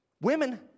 Women